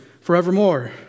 forevermore